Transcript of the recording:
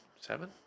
Seven